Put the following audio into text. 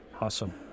Awesome